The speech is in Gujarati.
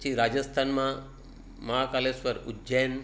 પછી રાજસ્થાનમાં મહાકાલેશ્વર ઉજ્જૈન